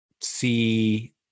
see